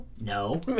no